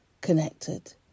connected